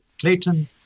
Clayton